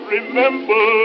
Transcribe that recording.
Remember